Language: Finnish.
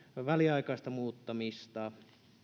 väliaikaista muuttamista